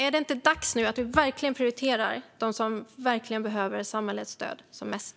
Är det inte dags att verkligen prioritera dem som behöver samhällets stöd som mest?